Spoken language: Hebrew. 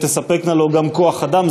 ותספקנה לו גם כוח-אדם.